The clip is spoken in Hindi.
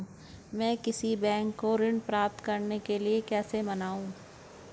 मैं किसी बैंक को ऋण प्राप्त करने के लिए कैसे मनाऊं?